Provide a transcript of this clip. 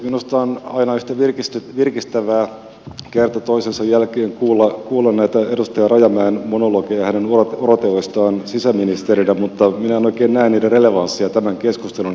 minusta on aina yhtä virkistävää kerta toisensa jälkeen kuulla näitä edustaja rajamäen monologeja hänen uroteoistaan sisäministerinä mutta minä en oikein näe niiden relevanssia tämän keskustelun ja tämän lakialoitteen kannalta